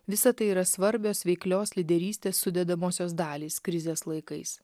visa tai yra svarbios veiklios lyderystės sudedamosios dalys krizės laikais